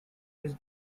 his